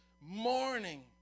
morning